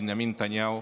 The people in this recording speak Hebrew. בנימין נתניהו,